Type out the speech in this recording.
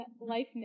life